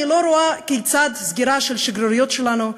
אני לא רואה כיצד סגירה של שגרירויות שלנו,